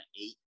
eight